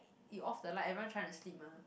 you off the light everyone trying to sleep mah